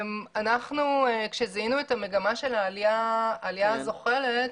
כשזיהינו את המגמה של העלייה הזוחלת,